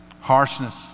harshness